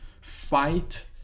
fight